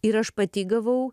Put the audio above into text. ir aš pati gavau